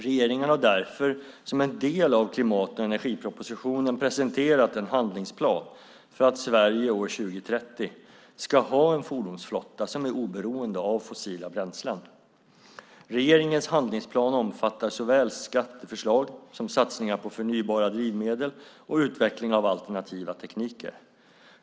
Regeringen har därför som en del av klimat och energipropositionen presenterat en handlingsplan för att Sverige år 2030 ska ha en fordonsflotta som är oberoende av fossila bränslen. Regeringens handlingsplan omfattar såväl skatteförslag som satsningar på förnybara drivmedel och utveckling av alternativa tekniker.